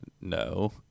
no